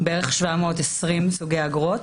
בערך 720 סוגי אגרות,